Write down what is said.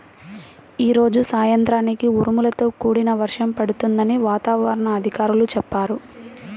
యీ రోజు సాయంత్రానికి ఉరుములతో కూడిన వర్షం పడుతుందని వాతావరణ అధికారులు చెప్పారు